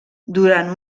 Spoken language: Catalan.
durant